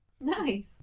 Nice